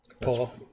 Paul